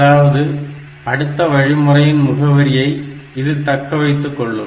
அதாவது அடுத்த வழிமுறையின் முகவரியை இது தக்கவைத்துக் கொள்ளும்